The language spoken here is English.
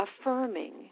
affirming